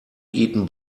eaten